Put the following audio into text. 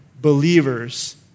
believers